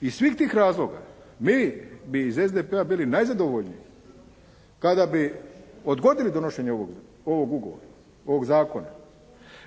Iz svih tih razloga, mi bi iz SDP-a bili najzadovoljniji kada bi odgodili donošenje ovog ugovora, ovog zakona